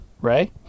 Ray